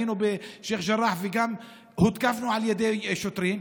היינו בשייח' ג'ראח וגם הותקפנו על ידי שוטרים.